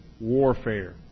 warfare